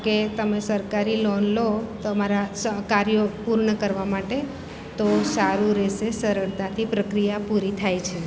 કે તમે સરકારી લોન લો તમારા સ કાર્ય પૂર્ણ કરવા માટે તો સારું રહેશે સરળતાથી પ્રક્રિયા પૂરી થાય છે